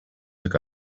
took